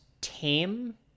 tame